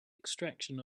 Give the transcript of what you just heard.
extraction